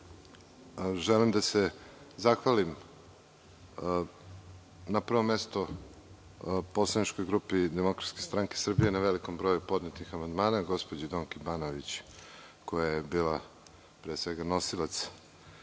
želim da se zahvalim na prvom mestu poslaničkoj grupi DSS na velikom broju podnetih amandmana, gospođi Donki Banović, koja je bila pre svega nosilac